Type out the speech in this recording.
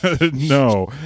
No